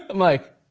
like